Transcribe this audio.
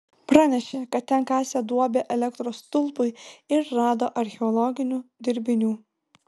pranešė kad ten kasė duobę elektros stulpui ir rado archeologinių dirbinių